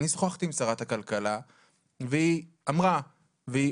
אני שוחחתי עם שרת הכלכלה והיא אמרה והיא